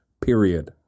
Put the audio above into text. period